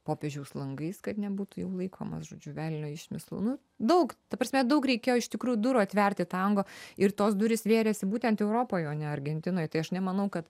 popiežiaus langais kad nebūtų jau laikomas žodžiu velnio išmislu nu daug ta prasme daug reikėjo iš tikrų durų atverti tango ir tos durys vėrėsi būtent europoj o ne argentinoj tai aš nemanau kad